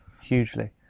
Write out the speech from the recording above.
hugely